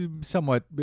somewhat